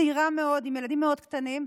צעירה מאוד עם ילדים מאוד קטנים.